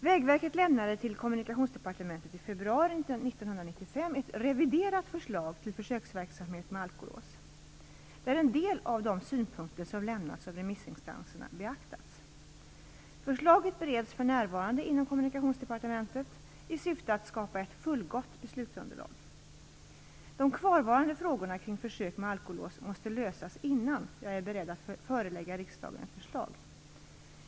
Vägverket lämnade till Kommunikationsdepartementet i februari 1995 ett reviderat förslag till försöksverksamhet med alkolås, där en del av de synpunkter som lämnats av remissinstanserna beaktats. Förslaget bereds för närvarande inom Kommunikationsdepartementet i syfte att skapa ett fullgott beslutsunderlag. De kvarvarande frågorna kring försök med alkolås måste lösas innan jag är beredd att förelägga riksdagen ett förslag.